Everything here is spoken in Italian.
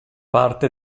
parte